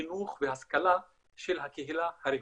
חינוך והשכלה של הקהילה הרפואית.